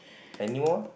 anymore